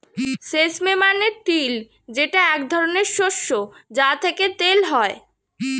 sesame মানে তিল যেটা এক ধরনের শস্য যা থেকে তেল হয়